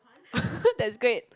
that's great